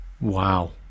Wow